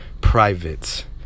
private